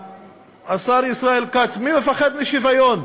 השר ישראל כץ, מי מפחד משוויון?